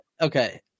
Okay